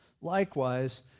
likewise